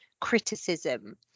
criticism